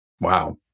Wow